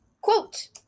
quote